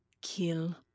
Kill